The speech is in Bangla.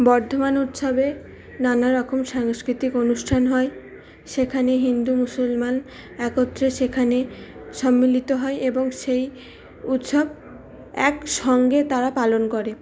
বর্ধমান উৎসবে নানা রকম সাংস্কৃতিক অনুষ্ঠান হয় সেখানে হিন্দু মুসলমান একত্রে সেখানে সম্মিলিত হয় এবং সেই উৎসব একসঙ্গে তারা পালন করে